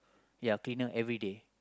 ya cleaner everyday